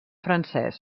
francès